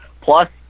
Plus